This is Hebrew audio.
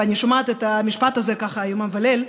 ואני שומעת את המשפט הזה יומם וליל,